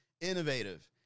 innovative